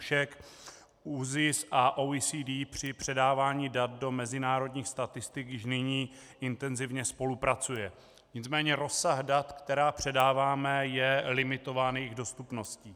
Dušek, ÚZIS a OECD při předávání dat do mezinárodních statistik již nyní intenzivně spolupracují, nicméně rozsah dat, která předáváme, je limitován jejich dostupností.